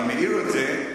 אני מעיר את זה,